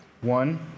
One